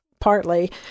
partly